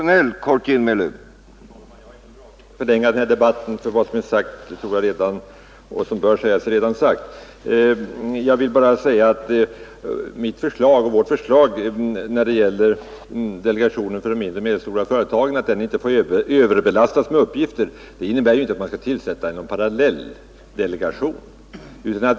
Herr talman! Jag skall inte förlänga debatten, eftersom det som bör sägas redan är sagt. Jag vill bara säga att vårt förslag att delegationen för de mindre och medelstora företagen inte skall överbelastas med uppgifter inte innebär att man skall tillsätta en parallelldelegation.